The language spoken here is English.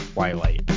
Twilight